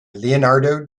leonardo